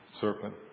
Serpent